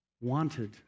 Wanted